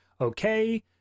okay